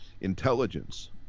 intelligence